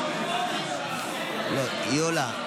היא עולה.